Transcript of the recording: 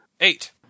eight